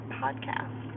podcast